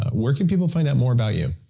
where can people find out more about you?